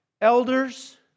elders